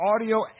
audio